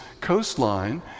coastline